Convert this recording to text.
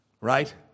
right